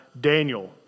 Daniel